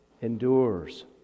endures